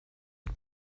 had